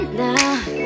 now